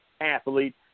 athlete